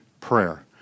prayer